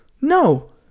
No